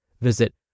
Visit